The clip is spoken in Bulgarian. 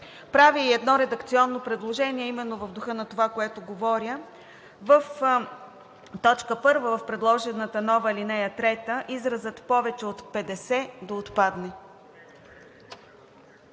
Правя и едно редакционно предложение, а именно в духа на това, което говоря: в т. 1 в предложената нова ал. 3 изразът „повече от 50“ да отпадне.